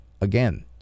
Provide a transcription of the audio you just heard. again